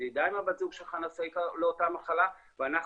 תדע אם בת הזוג שלך נשאית לאותה מחלה ואנחנו